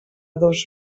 dos